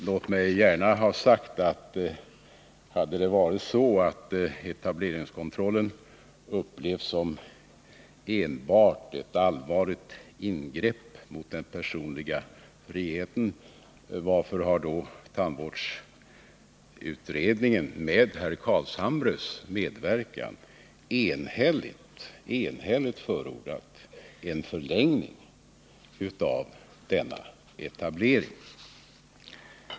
Låt mig få fråga: Om det hade varit så att etableringskontrollen enbart upplevs som ett allvarligt ingrepp i den personliga friheten, varför har då tandvårdsutredningen, med herr Carlshamres medverkan, enhälligt förordat en förlängning av denna etablering?